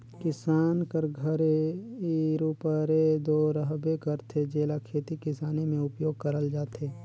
किसान कर घरे इरूपरे दो रहबे करथे, जेला खेती किसानी मे उपियोग करल जाथे